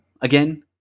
Again